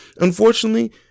Unfortunately